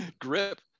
grip